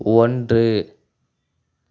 ஒன்று